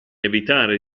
evitare